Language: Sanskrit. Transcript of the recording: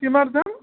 किमर्थम्